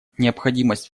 необходимость